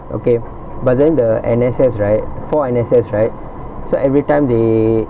okay but then the N_S_F right four N_S_F right so everytime they